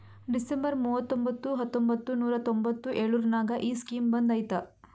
December ಮೂವತೊಂಬತ್ತು ಹತ್ತೊಂಬತ್ತು ನೂರಾ ತೊಂಬತ್ತು ಎಳುರ್ನಾಗ ಈ ಸ್ಕೀಮ್ ಬಂದ್ ಐಯ್ತ